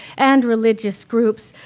and religious groups.